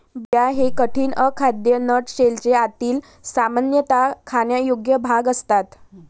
बिया हे कठीण, अखाद्य नट शेलचे आतील, सामान्यतः खाण्यायोग्य भाग असतात